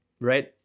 right